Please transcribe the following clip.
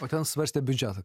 o ten svarstė biudžetą